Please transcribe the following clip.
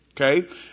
Okay